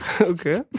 Okay